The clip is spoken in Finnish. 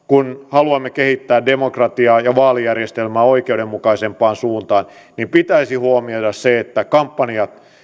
kun haluamme kehittää demokratiaa ja vaalijärjestelmää oikeudenmukaisempaan suuntaan pitäisi huomioida se että kampanjoihin